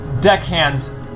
deckhands